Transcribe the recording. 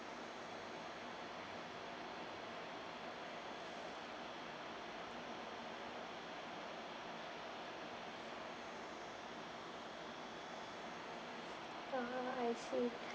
ah I see